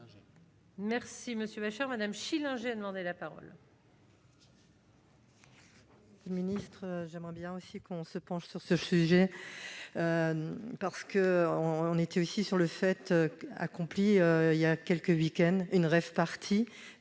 Merci Monsieur HR Madame Schillinger demandé la parole.